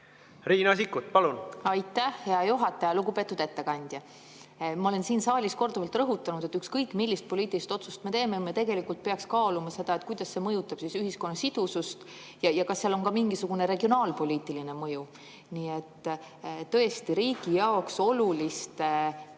Riina Sikkut, palun! Aitäh, hea juhataja! Lugupeetud ettekandja! Ma olen siin saalis korduvalt rõhutanud, et ükskõik, millist poliitilist otsust me teeme, me tegelikult peaks kaaluma seda, kuidas see mõjutab ühiskonna sidusust ja kas sellel on ka mingisugune regionaalpoliitiline mõju. Tõesti, riigi jaoks oluliste pühade,